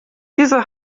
diese